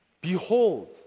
Behold